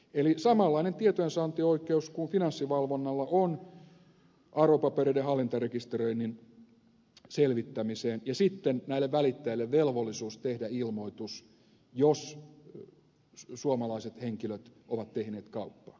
eli samanlainen tietojensaantioikeus kuin finanssivalvonnalla on arvopapereiden hallintarekisteröinnin selvittämiseen ja sitten näille välittäjille velvollisuus tehdä ilmoitus jos suomalaiset henkilöt ovat tehneet kauppaa